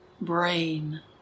brain